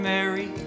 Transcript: Mary